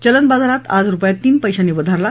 चलन बाजारात आज रुपया तीन पैशांनी वधारला